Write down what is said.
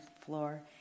floor